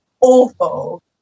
awful